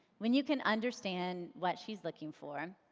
when you can understand what she's looking for,